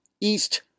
East